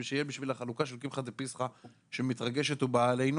כדי שיהיה לחלוקה של קמחא דפסחא שמתרגשת ובאה עלינו,